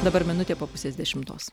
dabar minutė po pusės dešimtos